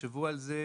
תחשבו על זה,